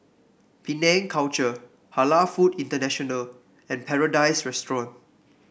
Penang Culture Halal Food International and Paradise Restaurant